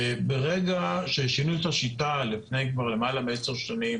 שברגע ששינו את השיטה, לפני כבר למעלה מעשר שנים,